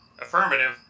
Affirmative